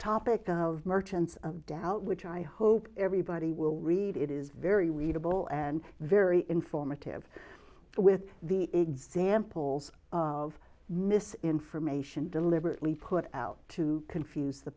topic of merchants of doubt which i hope everybody will read it is very readable and very informative with the examples of mis information deliberately put out to confuse the